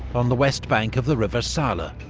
on the west bank of the river saale.